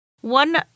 One